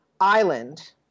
island